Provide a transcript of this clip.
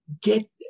get